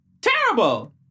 terrible